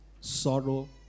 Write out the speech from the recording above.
sorrow